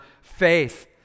faith